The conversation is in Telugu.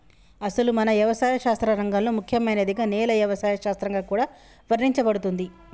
అసలు మన యవసాయ శాస్త్ర రంగంలో ముఖ్యమైనదిగా నేల యవసాయ శాస్త్రంగా కూడా వర్ణించబడుతుంది